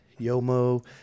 Yomo